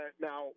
Now